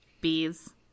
Bees